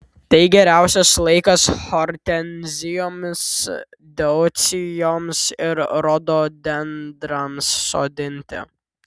tai geriausias laikas hortenzijoms deucijoms ir rododendrams sodinti